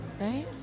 right